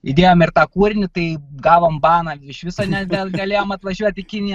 įdėjome ir tą kūrinį tai gavom baną iš viso ne negalėjom atvažiuot į kiniją